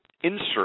insert